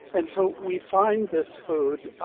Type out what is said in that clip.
and so we find this food,